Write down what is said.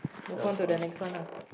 move on to the next one lah